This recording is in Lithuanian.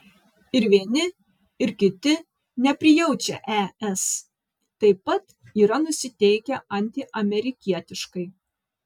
ir vieni ir kiti neprijaučia es taip pat yra nusiteikę antiamerikietiškai